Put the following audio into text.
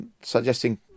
suggesting